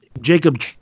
jacob